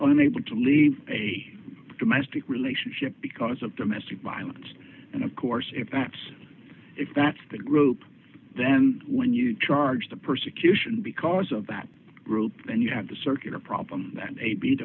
unable to leave a domestic relationship because of domestic violence and of course if that's if that's the group then when you charge the persecution because of that group then you have the circular problem that may be